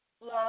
Love